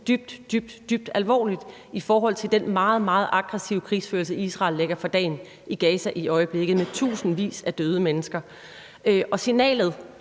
dybt, dybt alvorligt i forhold til den meget, meget aggressive krigsførelse, Israel lægger for dagen i Gaza i øjeblikket med tusindvis af døde mennesker. Og signalet,